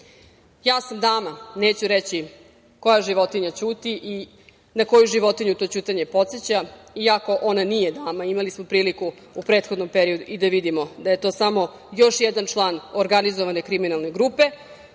Ja sam dama, neću reći koja životinja ćuti i na koju životinju to ćutanje podseća, iako ona nije dama. Imali smo priliku u prethodnom periodu i da vidimo da je to samo još jedan član organizovane kriminalne grupe,